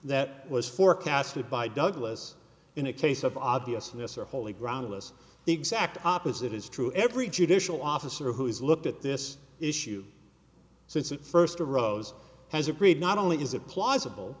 that was forecasted by douglas in a case of obviousness or wholly groundless the exact opposite is true every judicial officer who has looked at this issue since it first arose has agreed not only is it plausible